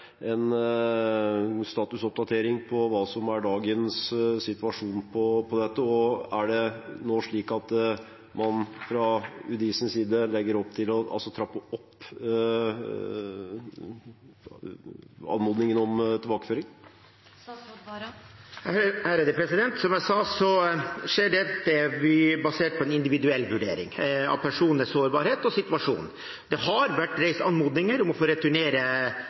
statusoppdatering av dagens situasjon? Er det nå slik at man fra UDIs side legger opp til å trappe opp anmodningene om tilbakeføring? Som jeg sa, skjer dette basert på en individuell vurdering av personens sårbarhet og situasjon. Det har vært reist anmodninger om å få returnere